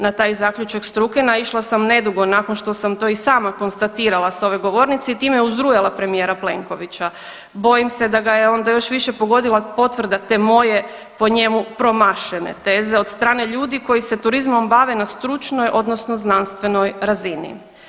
Na taj zaključak struke naišla sam nedugo nakon što sam to i sama konstatirala s ove govornice i time uzrujala premijera Plenkovića, bojim se da ga je onda još više pogodila potvrda te moje po njemu promašene teze od strane ljudi koji se turizmom bave na stručnoj odnosno znanstvenoj razini.